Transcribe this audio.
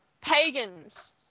Pagans